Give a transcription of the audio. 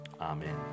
Amen